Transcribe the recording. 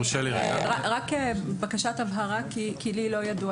רק בקשת הבהרה כי לי לא ידוע.